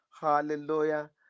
Hallelujah